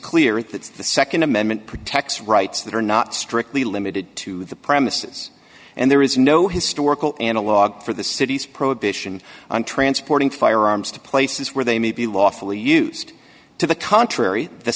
clear that the nd amendment protects rights that are not strictly limited to the premises and there is no historical analogue for the city's prohibition on transporting firearms to places where they may be lawfully used to the contrary the